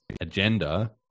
agenda